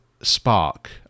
spark